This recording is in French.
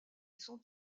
sont